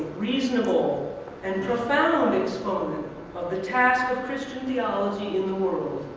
reasonable and profound exponent of the task of christian theology in the world,